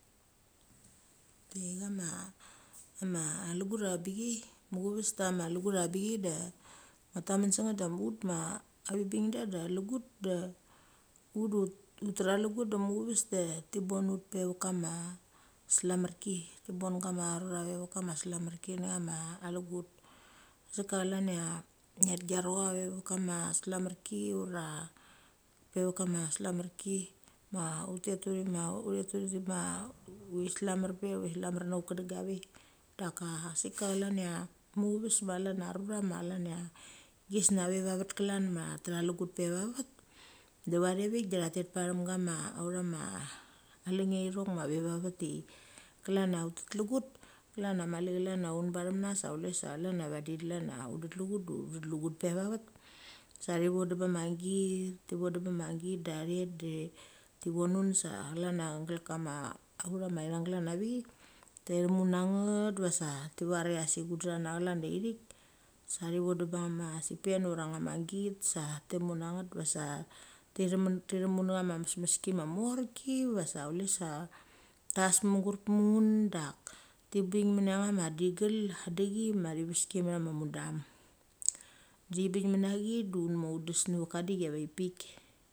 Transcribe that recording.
Di chama ma alugut ava bik mucheves da chama lugut ava bik da cha tamon sanget da ut ma a ving bingda da a lugut da ut tatha lugut da muchaves da thi bung ut pe ve kama slamarki. Thi bon gama a rura ve vat kama slamarki nacha ma lugut. Sik ka chalan cha ngat garacha ve vat kama slamarki ura pe vakama slamarki. Ma utet uthi ma uthi slamar peve. Uthi slamar na ut kenga ve. Daka sik ka chalan cha muchaves ma chlan arura ma chlan ia chesengia ve va vet klan ma tha tetha lugut pe va vet, de vathe vik da tha te pathem gama a utha ma lengnge ithong ma ve va vat de klani cha ut tet lugut, klan cha mali chlan chaun bethemna sa chule sa chlan vagi chlan cha u dat lugut de u dat lugut pe va vet sa ithi vongam ba ma git da the da thi vongnun sa chlan a glan kama de thi themu nanget de va sa thi var cha asik un dathana chlan da ithik. Sa ivongdem ba chama si pen ura chama git sa thi tumu nget de va sa thi tumu nechama mesmeski ma morki va sa chula sa, tes mugurep munun dak tibeng dichi ma thi ves ki metha ma mudum. Da thi beng menechi de ne ve kama dichi avek pik.